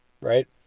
right